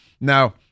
Now